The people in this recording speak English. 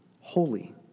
holy